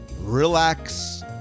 relax